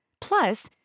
Plus